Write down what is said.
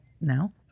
now